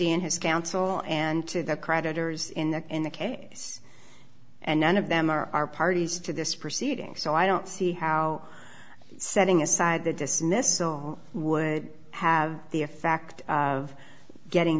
in his counsel and to the creditors in the in the case and none of them are our parties to this proceeding so i don't see how setting aside the dismissal would have the a fact of getting